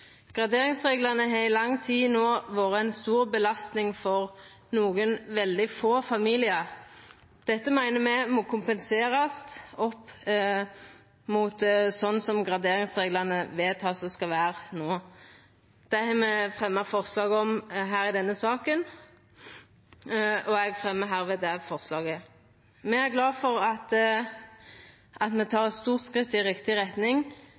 Graderingsreglane har i lang tid no vore ei stor belastning for nokre veldig få familiar. Dette meiner me må kompenserast opp mot sånn som graderingsreglane vert vedtekne å skulle vera no. Det har me fremja forslag om i denne saka. Me er glad for at me tek eit stort skritt i riktig retning, men me er ikkje heilt fornøgde. Det som står i